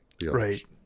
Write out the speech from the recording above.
Right